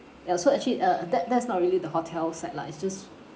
ya so actually uh that that's not really the hotel side lah it's just